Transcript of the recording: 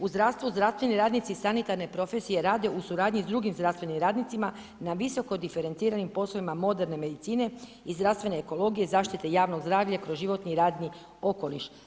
U zdravstvu zdravstveni radnici sanitarne profesije rade u suradnji s drugim zdravstvenim radnicima na visoko diferenciranim poslovima moderne medicine i zdravstvene ekologije, zaštite javno zdravlje kroz životni radni okoliš.